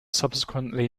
subsequently